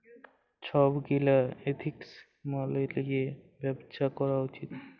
ছব গীলা এথিক্স ম্যাইলে লিঁয়ে ব্যবছা ক্যরা উচিত